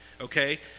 okay